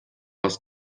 was